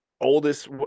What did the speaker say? oldest